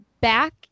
back